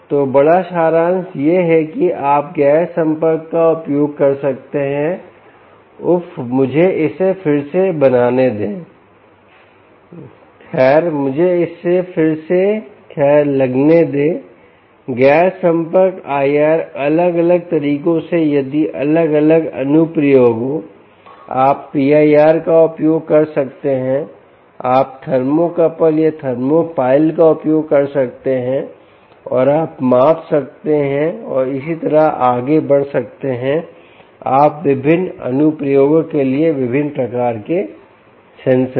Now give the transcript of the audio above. तो बड़ा सारांश यह है कि आप गैर संपर्क का उपयोग कर सकते हैं उफ़ मुझे इसे फिर से बनाने दें गैर मुझे इसे फिर से गैर लिखने दें गैर संपर्क IR अलग अलग तरीकों से यदि अलग अलग अनुप्रयोगों आप PIR का उपयोग कर सकते हैं आप थर्मोकपल या थर्मोपाइल का उपयोग कर सकते हैं और आप माप सकते हैं और इसी तरह आगे बढ़ सकते हैं आप विभिन्न अनुप्रयोगों के लिए विभिन्न प्रकार के सेंसर